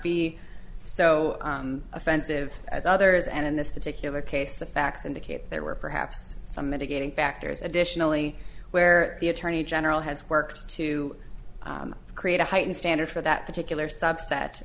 be so offensive as others and in this particular case the facts indicate there were perhaps some mitigating factors additionally where the attorney general has worked to create a heightened standard for that particular subset